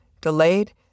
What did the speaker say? delayed